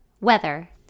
WEATHER